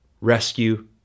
rescue